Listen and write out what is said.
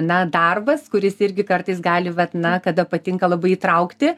na darbas kuris irgi kartais gali vat na kada patinka labai įtraukti